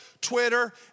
Twitter